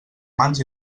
mans